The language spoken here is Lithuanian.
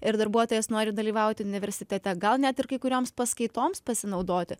ir darbuotojas nori dalyvauti universitete gal net ir kai kurioms paskaitoms pasinaudoti